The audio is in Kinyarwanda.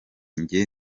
njye